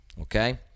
Okay